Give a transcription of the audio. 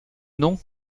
nom